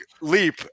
leap